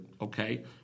Okay